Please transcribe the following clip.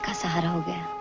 ah sandalwood